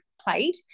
played